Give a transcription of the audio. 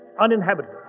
uninhabited